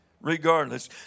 regardless